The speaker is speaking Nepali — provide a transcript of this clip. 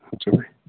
हुन्छ भाइ